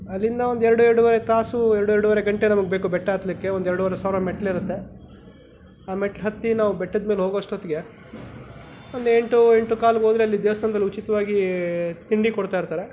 ಅಲ್ಲಿಂದ ಒಂದು ಎರಡು ಎರಡೂವರೆ ತಾಸು ಎರಡು ಎರಡೂವರೆ ಗಂಟೆ ನಮಗ್ ಬೇಕು ಬೆಟ್ಟ ಹತ್ತಲಿಕ್ಕೆ ಒಂದು ಎರಡೂವರೆ ಸಾವಿರ ಮೆಟ್ಟಿಲಿರತ್ತೆ ಆ ಮೆಟ್ಲು ಹತ್ತಿ ನಾವು ಬೆಟ್ಟದ ಮೇಲೆ ಹೋಗೋ ಅಷ್ಟೊತ್ತಿಗೆ ಒಂದು ಎಂಟು ಎಂಟು ಕಾಲ್ಗೆ ಹೋದರೆ ಅಲ್ಲಿ ದೇವ್ಸ್ಥಾನ್ದಲ್ಲಿ ಉಚಿತವಾಗಿ ತಿಂಡಿ ಕೊಡ್ತಾ ಇರ್ತಾರೆ